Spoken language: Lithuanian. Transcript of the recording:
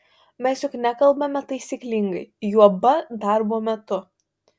mes juk nekalbame taisyklingai juoba darbo metu